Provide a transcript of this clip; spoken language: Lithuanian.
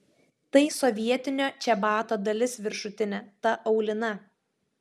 tai sovietinio čebato dalis viršutinė ta aulina